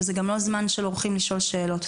וזה גם לא הזמן של אורחים לשאול שאלות.